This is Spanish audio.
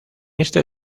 este